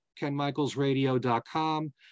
kenmichaelsradio.com